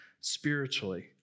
spiritually